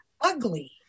ugly